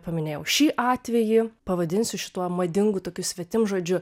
paminėjau šį atvejį pavadinsiu šituo madingu tokiu svetimžodžiu